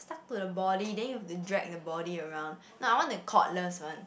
stuck to the body then you have to drag body around now I want the coreless one